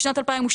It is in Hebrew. בשנת 2012,